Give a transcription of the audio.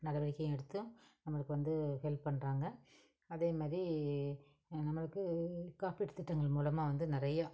நடவடிக்கையும் எடுத்து நம்மளுக்கு வந்து ஹெல்ப் பண்ணுறாங்க அதேமாதிரி நம்மளுக்கு காப்பீட்டு திட்டங்கள் மூலமாக வந்து நிறைய